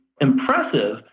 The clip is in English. impressive